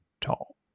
tall